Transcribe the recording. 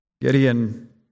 Gideon